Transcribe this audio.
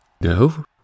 No